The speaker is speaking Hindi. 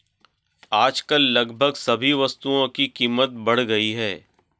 आजकल लगभग सभी वस्तुओं की कीमत बढ़ गई है